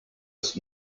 ist